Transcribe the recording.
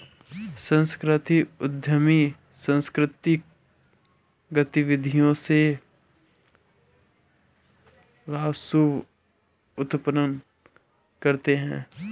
सांस्कृतिक उद्यमी सांकृतिक गतिविधि से राजस्व उत्पन्न करते हैं